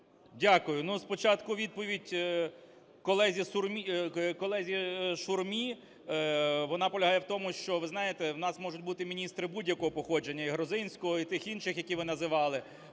Дякую. Ну, спочатку відповідь колезі Шурмі. Вона полягає в тому, що, ви знаєте, в нас можуть бути міністри будь-якого походження: і грузинського, і тих інших, які ви називали.